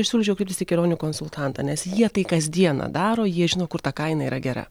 aš siūlyčiau kreiptis į kelionių konsultantą nes jie tai kas dieną daro jie žino kur ta kaina yra gera